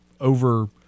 over